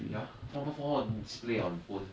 ya one four four display on phone